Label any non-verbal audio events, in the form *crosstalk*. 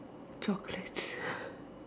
chocolates *laughs*